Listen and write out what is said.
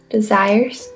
Desires